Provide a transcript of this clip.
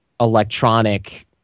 electronic